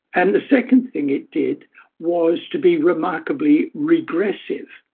and the second thing it did was to be remarkably regressive.